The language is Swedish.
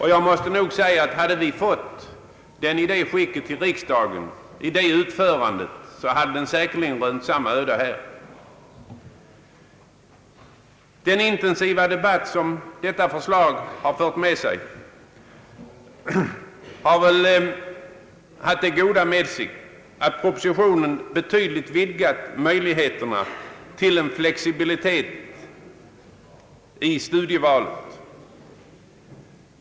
Hade vi här i riksdagen fått ett förslag i det utförandet, hade detta säkerligen rönt samma öde här. Den intensiva debatten om UKAS I har väl haft det goda med sig att propositionen betydligt vidgat möjligheterna till en flexibilitet i studievalet.